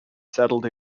settled